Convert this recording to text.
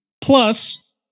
plus